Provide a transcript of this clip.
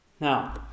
Now